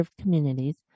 communities